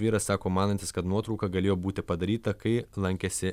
vyras sako manantis kad nuotrauka galėjo būti padaryta kai lankėsi